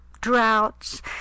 droughts